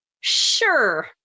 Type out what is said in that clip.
sure